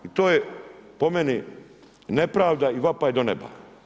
I to je po meni nepravda i vapaj do neba.